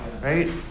right